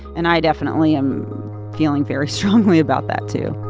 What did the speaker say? and i definitely am feeling very strongly about that, too